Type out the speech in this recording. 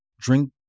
drink